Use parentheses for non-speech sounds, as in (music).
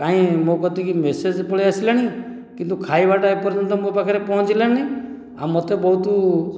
କାଇଁ ମୋ କତିକି (unintelligible) ମେସେଜ ପଳେଇ ଆସିଲାଣି କିନ୍ତୁ ଖାଇବାଟା ଏପର୍ଯ୍ୟନ୍ତ ମୋ ପାଖରେ ପହଞ୍ଚିଲାନି ଆଉ ମୋତେ ବହୁତ